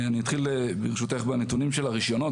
אני אתחיל ברשותך בנתונים של הרישיונות,